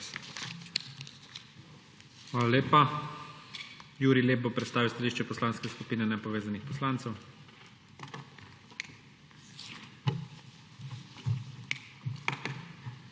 Hvala lepa. Jurij Lep bo predstavil stališče Poslanske skupine nepovezanih poslancev.